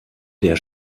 der